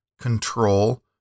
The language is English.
control